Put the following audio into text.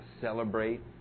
celebrate